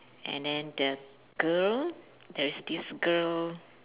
and then the girl there is this girl